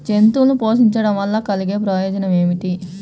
జంతువులను పోషించడం వల్ల కలిగే ప్రయోజనం ఏమిటీ?